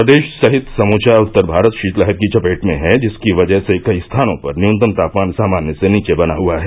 प्रदेश सहित समूचा उत्तर भारत शीतलहर की चपेट में है जिसकी वजह से कई स्थानों पर न्यूनतम तापमान सामान्य से नीचे बना हुआ है